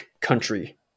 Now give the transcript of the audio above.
country